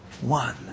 One